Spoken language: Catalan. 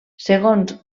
segons